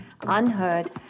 unheard